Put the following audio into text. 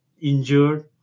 injured